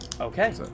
Okay